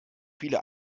viele